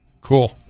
Cool